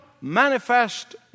manifest